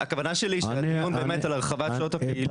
הכוונה שלי שהדיון באמת על הרחבת שעות הפעילות --- את